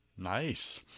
Nice